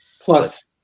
Plus